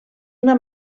una